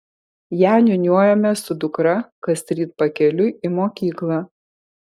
ją niūniuojame su dukra kasryt pakeliui į mokyklą